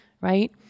right